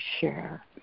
share